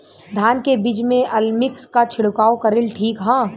धान के बिज में अलमिक्स क छिड़काव करल ठीक ह?